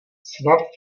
snad